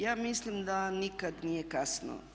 Ja mislim da nikad nije kasno.